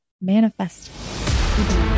Manifest